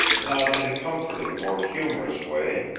not in a comforting or humorous way,